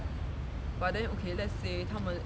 but then okay let's say 他们